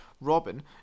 Robin